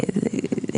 התזכיר.